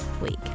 week